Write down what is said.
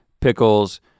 pickles